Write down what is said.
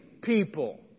people